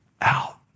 out